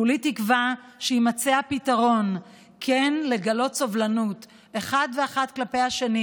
כולי תקווה שיימצא הפתרון כן לגלות סובלנות אחת ואחד כלפי השני